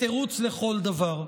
כתירוץ לכל דבר.